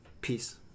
peace